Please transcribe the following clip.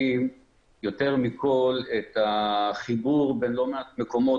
שמראים יותר מכל את החיבור בין לא מעט מקומות